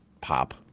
pop